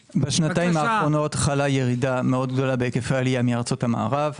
בשנתיים האחרונות חלה ירידה מאוד גדולה בהיקפי העלייה מארצות המערב.